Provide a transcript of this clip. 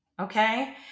okay